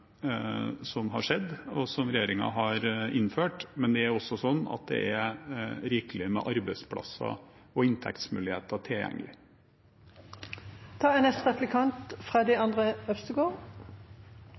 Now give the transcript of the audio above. har skjedd, og som regjeringen har innført, men det er også sånn at det er rikelig med arbeidsplasser og inntektsmuligheter